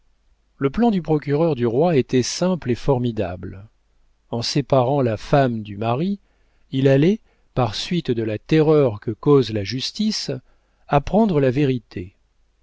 le plan du procureur du roi était simple et formidable en séparant la femme du mari il allait par suite de la terreur que cause la justice apprendre la vérité